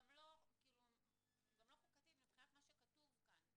גם לא חוקתית מבחינת מה שכתוב כאן,